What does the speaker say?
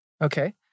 Okay